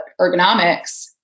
ergonomics